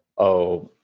oh,